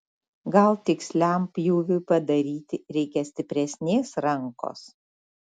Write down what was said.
gal tiksliam pjūviui padaryti reikia stipresnės rankos